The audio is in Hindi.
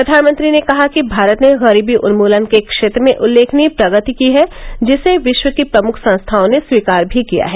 प्रधानमंत्री ने कहा कि भारत ने गरीबी उन्मूलन के क्षेत्र में उल्लेखनीय प्रगति की है जिसे विश्व की प्रमुख संस्थाओं ने स्वीकार भी किया है